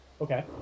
Okay